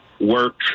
work